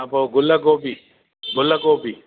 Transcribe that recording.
हा पो गुलु गोभी गुलु गोभी